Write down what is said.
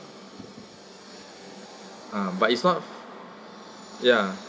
ah but it's not ya